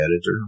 editor